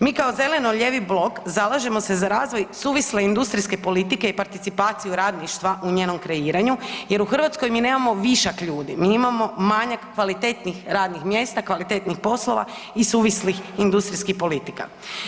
Mi kao zeleno-lijevi blok zalažemo se za razvoj suvisle industrijske politike i participaciju radništva u njenom kreiranju jer u Hrvatskoj mi nemamo višak ljudi, mi imamo manjak kvalitetnih radnih mjesta, kvalitetnih poslova i suvislih industrijskih politika.